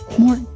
more